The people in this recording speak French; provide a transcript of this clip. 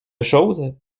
choses